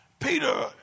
Peter